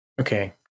okay